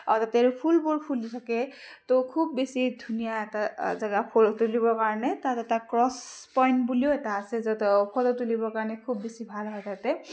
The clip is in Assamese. আৰু তাতে ফুলবোৰ ফুলি থাকে তহ খুব বেছি ধুনীয়া এটা জেগা ফটো তুলিবৰ কাৰণে তাত এটা ক্ৰছ পইণ্ট বুলিও এটা আছে য'ত ফটো তুলিবৰ কাৰণে খুব বেছি ভাল হয় তাতে